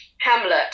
Hamlet